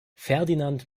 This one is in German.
ferdinand